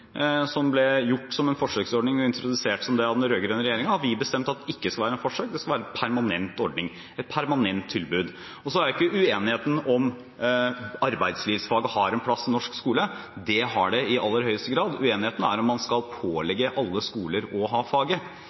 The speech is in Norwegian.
som var en forsøksordning, som ble introdusert som en forsøksordning av den rød-grønne regjeringen, har vi bestemt at ikke skal være et forsøk – det skal være en permanent ordning, et permanent tilbud. Uenigheten er ikke om arbeidslivsfaget har en plass i norsk skole – det har det i aller høyeste grad. Uenigheten er om man skal pålegge alle skoler å ha faget.